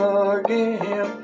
again